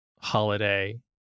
holiday